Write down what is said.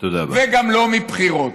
וגם לא מבחירות.